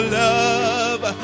love